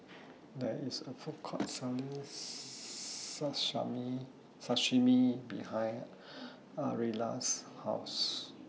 There IS A Food Court Selling Sashimi behind Ariella's House